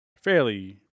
fairly